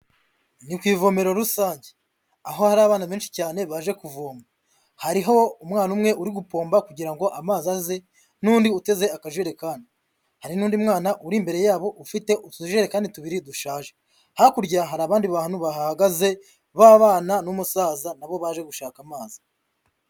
Ni ku ivomero rusange, aho hari abana benshi cyane baje kuvoma, hariho umwana umwe uri gupomba kugira ngo amazi aze n'undi uteze akajerekani, hari n'undi mwana uri imbere yabo ufite utujerekani tubiri dushaje, hakurya hari abandi bantu bahahagaze b'abana n'umusaza na bo baje gushaka amazi.